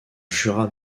jura